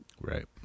Right